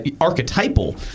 archetypal